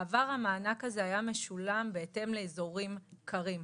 בעבר המענק הזה היה משולם בהתאם לאזורים קרים.